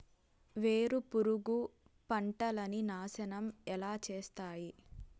వేరుపురుగు పంటలని నాశనం ఎలా చేస్తాయి?